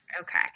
okay